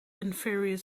inferior